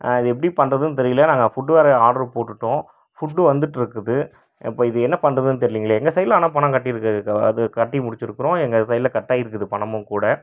இது எப்படி பண்ணுறதுன் தெரியல நாங்கள் ஃபுட்டு வேறு ஆர்ட்ரு போட்டுவிட்டோம் ஃபுட்டும் வந்துகிட்ருக்குது இப்போ இது என்ன பண்ணுறதுன் தெரியலிங்களே எங்கள் சைடில் ஆனால் பணம் கட்டியிருக்கு அது கட்டி முடிச்சுருக்குறோம் எங்கள் சைடில் கட்டாகிருக்குது பணமும் கூட